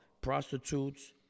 Prostitutes